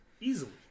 easily